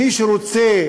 מי שרוצה